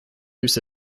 use